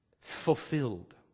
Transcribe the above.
fulfilled